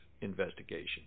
investigation